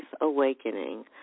Awakening